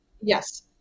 Yes